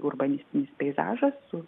urbanistinis peizažas su